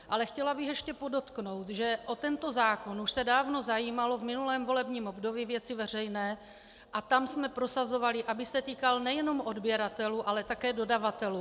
Ale chtěla bych ještě podotknout, že o tento zákon se už dávno zajímaly v minulém volebním období Věci veřejné a tam jsme prosazovali, aby se týkal nejenom odběratelů, ale také dodavatelů.